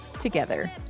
together